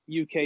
UK